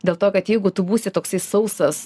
dėl to kad jeigu tu būsi toks sausas